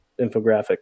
infographic